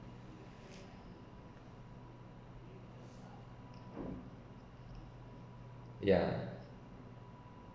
yeah